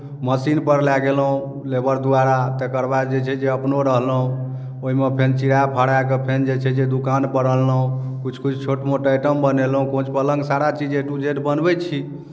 मशीनपर लए गेलहुँ लेबर द्वारा तकर बाद जे छै जे अपनो रहलहुँ ओहिमे फेर चिराए फड़ाए कऽ फेर जे छै जे दोकानपर अनलहुँ किछु किछु छोट मोट आइटम बनेलहुँ कोच पलङ्ग सारा चीज ए टू जेड बनबै छी